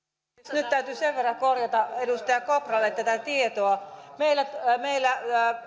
nyt täytyy sen verran korjata edustaja kopralle tätä tietoa että meillä